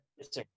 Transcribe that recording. Yes